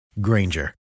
Granger